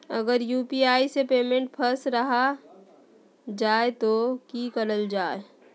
अगर यू.पी.आई से पेमेंट फस रखा जाए तो की करल जाए?